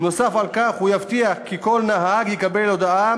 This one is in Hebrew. נוסף על כך הוא יבטיח כי כל נהג יקבל הודעה